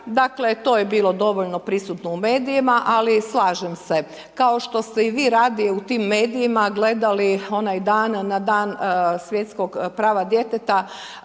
dakle to je bilo dovoljno prisutno u medijima ali slažem se, kao što ste i vi radije u tim medijima gledali onaj dan na dan svjetskog prava djeteta